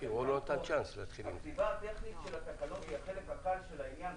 הכתיבה הטכנית של התקנות היא החלק הקל של העניין.